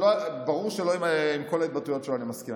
ברור שלא עם כל ההתבטאויות שלו אני מסכים.